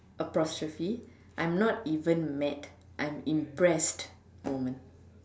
apostrophe I'm not even mad I'm impressed moment